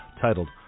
titled